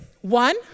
One